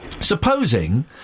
supposing